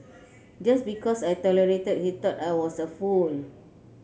just because I tolerated he thought I was a fool